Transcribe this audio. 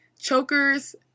chokers